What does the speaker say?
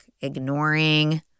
ignoring